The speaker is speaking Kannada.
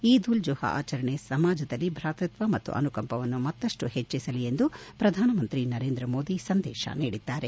ಈದ್ ಉಲ್ ಜುಹಾ ಆಚರಣೆ ಸಮಾಜದಲ್ಲಿ ಬ್ರಾತೃತ್ವ ಮತ್ತು ಅನುಕಂಪವನ್ನು ಮತ್ತಷ್ಟು ಹೆಚ್ಚಿಸಲಿ ಎಂದು ಪ್ರಧಾನಮಂತ್ರಿ ನರೇಂದ್ರ ಮೋದಿ ಸಂದೇಶ ನೀಡಿದ್ದಾರೆ